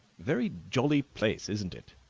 very jolly place, isn't it?